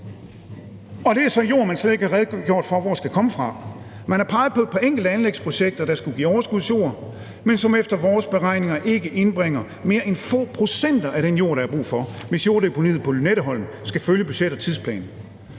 Det er så jord, man slet ikke har redegjort for hvor skal komme fra. Man har peget på et par enkelte anlægsprojekter, der skulle give overskudsjord, men som efter vores beregninger ikke indbringer mere end få procent af den jord, der er brug for, hvis jorddeponiet på Lynetteholm skal følge budget og tidsplan.